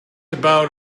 about